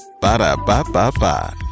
Ba-da-ba-ba-ba